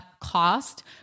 cost